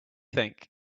think